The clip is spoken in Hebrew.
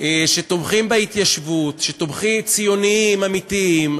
שתומכים בהתיישבות, ציוניים אמיתיים,